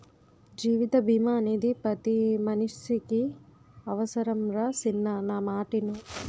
జీవిత బీమా అనేది పతి మనిసికి అవుసరంరా సిన్నా నా మాటిను